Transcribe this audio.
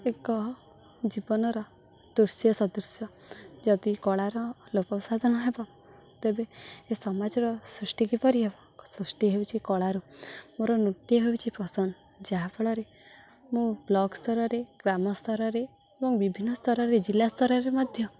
ଏକ ଜୀବନର ଦୃଶ୍ୟ ସଦୃଶ୍ୟ ଯଦି କଳାର ଲୋପସାଧନ ହେବ ତେବେ ଏ ସମାଜର ସୃଷ୍ଟି କିପରି ହେବ ସୃଷ୍ଟି ହେଉଛି କଳାରୁ ମୋର ନୃତ୍ୟ ହେଉଛି ପସନ୍ଦ ଯାହାଫଳରେ ମୁଁ ବ୍ଲକ ସ୍ତରରେ ଗ୍ରାମ ସ୍ତରରେ ଏବଂ ବିଭିନ୍ନ ସ୍ତରରେ ଜିଲ୍ଲା ସ୍ତରରେ ମଧ୍ୟ